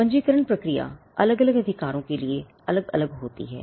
पंजीकरण प्रक्रिया अलग अलग अधिकारों के लिए अलग अलग होती है